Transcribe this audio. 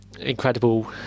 incredible